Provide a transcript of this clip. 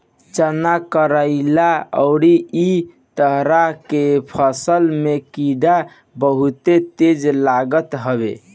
चना, कराई अउरी इ तरह के फसल में कीड़ा बहुते तेज लागत हवे